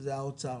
זה משרד האוצר.